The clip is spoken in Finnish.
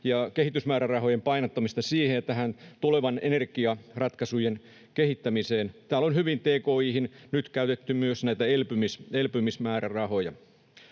ja kehitysmäärärahojen painottamisesta siihen ja tulevien energiaratkaisujen kehittämiseen. Täällä on tki:hin nyt hyvin käytetty myös näitä elpymismäärärahoja.